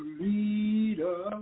leader